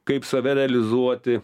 kaip save realizuoti